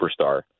superstar